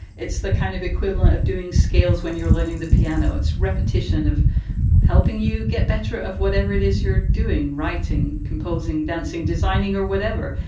it's the kind of equivalent of doing scales. when you're learning the piano, it's repetition of helping you get better, of whatever it is you're doing, writing, composing, dancing, designing or whatever.